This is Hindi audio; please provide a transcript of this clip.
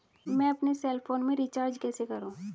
मैं अपने सेल फोन में रिचार्ज कैसे करूँ?